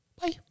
Bye